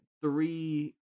three